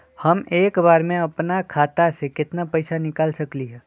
हम एक बार में अपना खाता से केतना पैसा निकाल सकली ह?